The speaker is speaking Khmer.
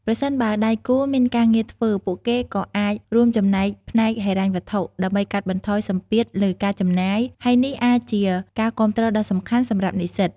ប្រសិនបើដៃគូមានការងារធ្វើ ពួកគេក៏អាចរួមចំណែកផ្នែកហិរញ្ញវត្ថុ ដើម្បីកាត់បន្ថយសម្ពាធលើការចំណាយ ហើយនេះអាចជាការគាំទ្រដ៏សំខាន់សម្រាប់និស្សិត។